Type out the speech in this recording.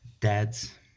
dad's